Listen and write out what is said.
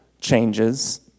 changes